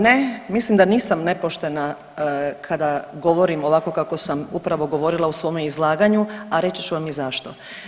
Ne, mislim da nisam nepoštena kada govorim ovako kako sam upravo govorila u svome izlaganju, a reći ću vam i zašto.